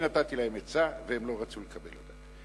אני נתתי להם עצה והם לא רצו לקבל אותה.